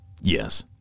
Yes